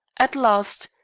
at last,